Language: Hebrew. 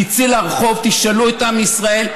תצאו לרחוב, תשאלו את עם ישראל.